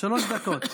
שלוש דקות.